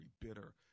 bitter